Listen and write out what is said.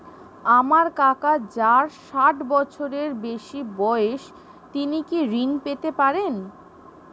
আমার কাকা যার ষাঠ বছরের বেশি বয়স তিনি কি ঋন পেতে পারেন?